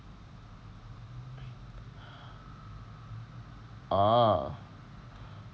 ah